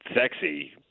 sexy